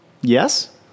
yes